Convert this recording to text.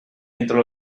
entro